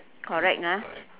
correct ah